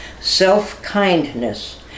Self-kindness